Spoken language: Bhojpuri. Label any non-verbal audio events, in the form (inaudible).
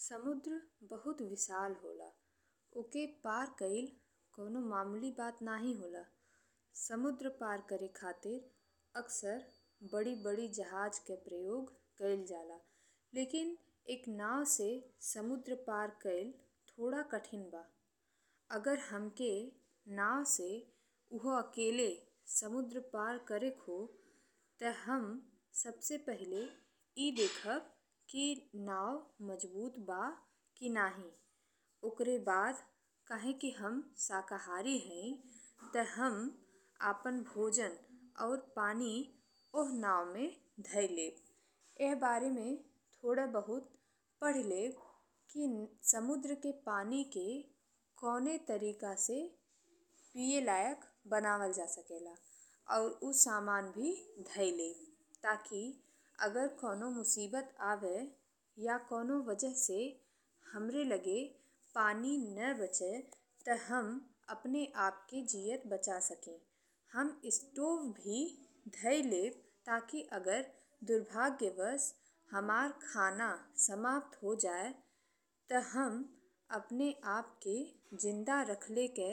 समुद्र बहुत विशाल होला। ओके पर कइल कौनों मामूली बात नाहीं होला। समुद्र पर करे खातिर अक्सर बड़ी बड़ी जहाज के प्रयोग कइल जाला, लेकिन एक नाव से समुद्र पर कइल थोड़ा कठिन बा। अगर हमके नाव से उहो अकेले समुद्र पर करेके हो ते हम सबसे पहिले (noise) ई देखब कि नाव मजबूत बा कि नाहीं। ओकरे बाद काहेकि हम शाकाहारी हईं आपन भोजन और पानी ओह नाव में ढाई लेब। (noise) एह बारे में थोड़े बहुत पढ़ी लेब कि (hesitation) समुद्र के पानी के कौने तरीका से पिये लायक बनावल जा सकेला और उ सामान भी ढाई लेब ताकि अगर कौनों मुसीबत आवे या कौनों वजह से हमरे लागे पानी ने बाचे ते हम अपना आप के जियत बचा सकी। हम स्टोव भी ढाई लेब ताकि अगर दुर्भाग्यवश हमार खाना समाप्त हो जाए ते हम अपना आप के जिन्दल रखे के